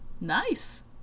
nice